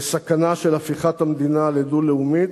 וסכנה של הפיכת המדינה לדו-לאומית,